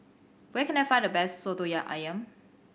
where can I find the best soto ayam